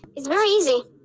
it's very easy,